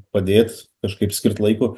padėt kažkaip skirt laiko